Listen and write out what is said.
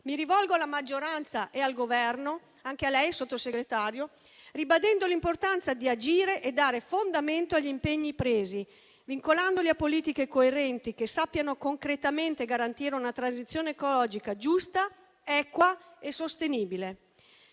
mi rivolgo alla maggioranza e al Governo - anche a lei, signor Sottosegretario - ribadendo l'importanza di agire e dare fondamento agli impegni presi, vincolandoli a politiche coerenti che sappiano concretamente garantire una transizione ecologica, giusta, equa e sostenibile.